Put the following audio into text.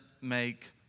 Make